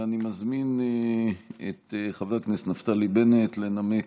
אני מזמין את חבר הכנסת נפתלי בנט לנמק